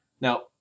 Now